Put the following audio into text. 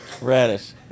Radish